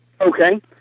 Okay